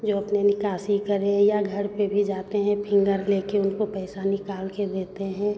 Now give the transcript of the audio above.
जो अपने निकासी करें या घर पर भी जाते हैं फिंगर लेकर उनको पैसा निकालकर देते हैं